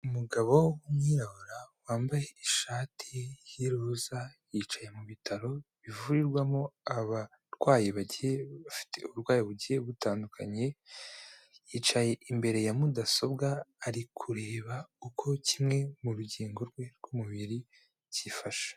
Umugabo wumwirabura wambaye ishati y'iroza, yicaye mu bitaro bivurirwamo abarwayi bagiye bafite uburwayi bugiye butandukanye, yicaye imbere ya mudasobwa, ari kureba uko kimwe mu rugingo rwe rwumubiri cyifashe.